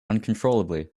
uncontrollably